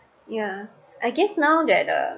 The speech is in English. yeah I guess now that the